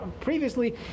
Previously